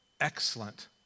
excellent